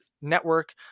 Network